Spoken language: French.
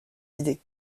idées